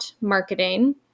Marketing